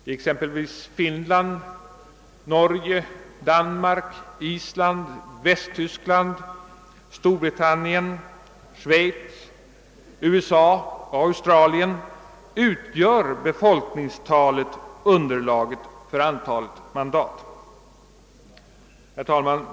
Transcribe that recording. I exempelvis Finland, Norge, Danmark, Island, Västtyskland, Storbritannien, Frankrike, Schweiz, USA och Australien utgör befolkningstalet underlaget för antalet mandat. Herr talman!